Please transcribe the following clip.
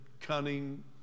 cunning